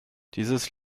dieses